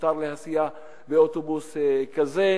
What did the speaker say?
שמותר להסיע באוטובוס כזה.